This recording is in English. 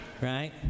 right